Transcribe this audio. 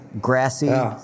Grassy